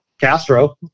Castro